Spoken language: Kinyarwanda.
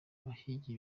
abahigi